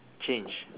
change